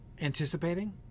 anticipating